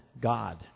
God